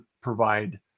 provide